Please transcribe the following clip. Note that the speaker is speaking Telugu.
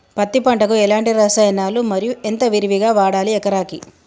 పత్తి పంటకు ఎలాంటి రసాయనాలు మరి ఎంత విరివిగా వాడాలి ఎకరాకి?